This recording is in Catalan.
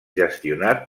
gestionat